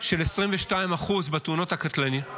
של 22% בתאונות הקטלניות.